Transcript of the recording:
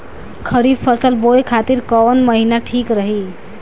खरिफ फसल बोए खातिर कवन महीना ठीक रही?